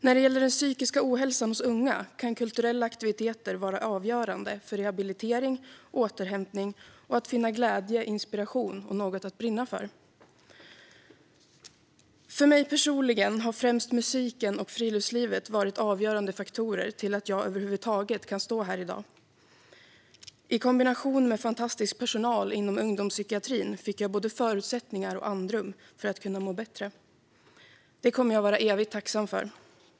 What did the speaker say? När det gäller den psykiska ohälsan hos unga kan kulturella aktiviteter vara avgörande för rehabilitering och återhämtning och för att finna glädje, inspiration och något att brinna för. För mig personligen har främst musiken och friluftslivet varit avgörande faktorer för att jag över huvud taget kan stå här i dag. I och med dem i kombination med fantastisk personal inom ungdomspsykiatrin fick jag både förutsättningar och andrum för att kunna må bättre. Det kommer jag att vara evigt tacksam för.